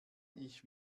ich